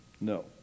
No